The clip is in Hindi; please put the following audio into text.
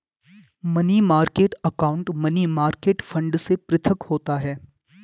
money market account money market fund से पृथक होता है